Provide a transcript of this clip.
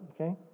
Okay